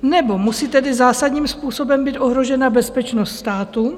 Nebo musí tedy zásadním způsobem být ohrožena bezpečnost státu.